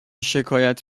شکایت